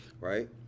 Right